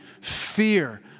fear